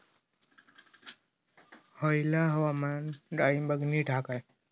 हयला हवामान डाळींबाक नीट हा काय?